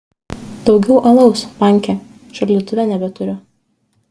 daugiau alaus panke šaldytuve nebeturiu